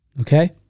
Okay